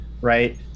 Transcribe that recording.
right